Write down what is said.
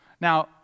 Now